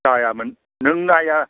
नायामोन नों नाया